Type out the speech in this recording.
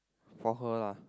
for her lah